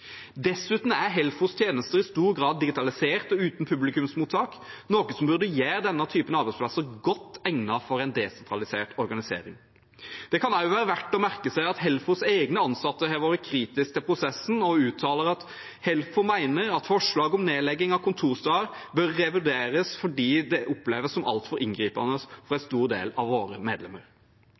Dessuten er Helfos tjenester i stor grad digitalisert og uten publikumsmottak, noe som burde gjøre denne typen arbeidsplasser godt egnet for en desentralisert organisering. Det kan også være verdt å merke seg at Helfos egne ansatte har vært kritiske til prosessen. De uttaler: «NTL Helfo mener at forslaget om nedlegging av kontorsteder bør revurderes fordi det oppleves som alt for inngripende for en stor del av våre medlemmer.»